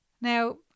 Now